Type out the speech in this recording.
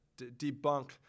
debunk